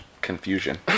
confusion